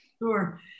Sure